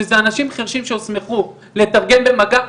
שזה אנשים חרשים שהוסמכו לתרגם במגע.